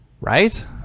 right